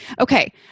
Okay